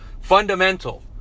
Fundamental